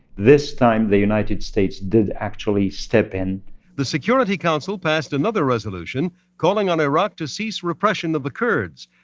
this time, the united states did actually step in the security council passed another resolution calling on iraq to cease repression of the kurds,